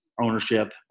ownership